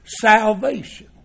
salvation